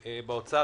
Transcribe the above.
באוצר,